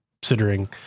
considering